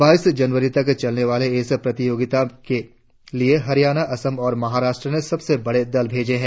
बाईस जनवरी तल चलने वाले इस प्रतियोगिता के लिए हरियाणा असम और महाराष्ट्र ने सबसे बड़े दल भेजे हैं